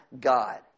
God